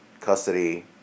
custody